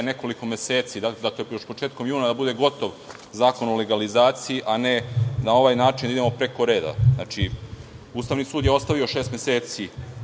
nekoliko meseci, još početkom juna, da bude gotov Zakon o legalizaciji, a ne na ovaj način da idemo preko reda. Znači, Ustavni sud je ostavio šest meseci